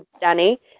Danny